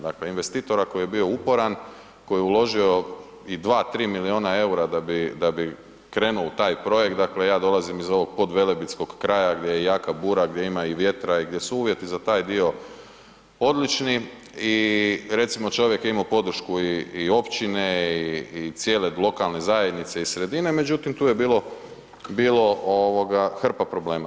Dakle investitora koji je bio uporan, koji je uložio i 2-3 miliona EUR-a da bi krenuo u taj projekt, dakle ja dolazim iz ovog podvelebitskog kraja gdje je jaka bura, gdje ima i vjetra i gdje su uvjeti za taj dio odlični i recimo čovjek imao podršku i općine i cijele lokalne zajednice i sredine, međutim tu je bilo ovoga hrpa problema.